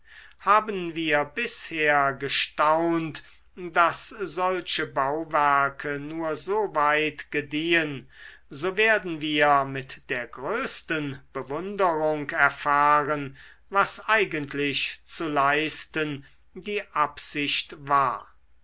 haben wir bisher gestaunt daß solche bauwerke nur so weit gediehen so werden wir mit der größten bewunderung erfahren was eigentlich zu leisten die absicht war